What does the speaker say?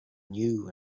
new